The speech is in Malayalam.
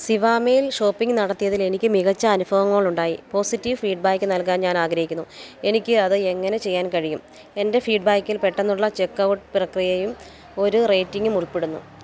സിവാമേൽ ഷോപ്പിംഗ് നടത്തിയതിൽ എനിക്ക് മികച്ച അനുഭവങ്ങളുണ്ടായി പോസിറ്റീവ് ഫീഡ്ബാക്ക് നൽകാൻ ഞാനാഗ്രഹിക്കുന്നു എനിക്ക് അത് എങ്ങനെ ചെയ്യാൻ കഴിയും എൻ്റെ ഫീഡ്ബാക്കിൽ പെട്ടെന്നുള്ള ചെക്ക്ഔട്ട് പ്രക്രിയയും ഒരു റേറ്റിംഗും ഉൾപ്പെടുന്നു